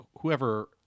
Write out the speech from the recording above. whoever